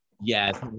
Yes